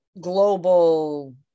global